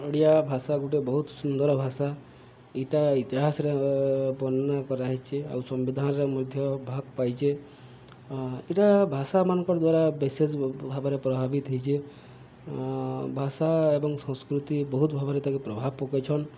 ଓଡ଼ିଆ ଭାଷା ଗୋଟେ ବହୁତ ସୁନ୍ଦର ଭାଷା ଇଟା ଇତିହାସରେ ବର୍ଣ୍ଣନା କରାହେଇଚେ ଆଉ ସମ୍ବିଧାନରେ ମଧ୍ୟ ଭାଗ ପାଇଚେ ଇଟା ଭାଷାମାନଙ୍କର ଦ୍ୱାରା ବିଶେଷ ଭାବରେ ପ୍ରଭାବିତ ହେଇଚେ ଭାଷା ଏବଂ ସଂସ୍କୃତି ବହୁତ ଭାବରେ ତାକେ ପ୍ରଭାବ ପକେଇଛନ୍